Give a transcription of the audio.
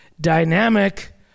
dynamic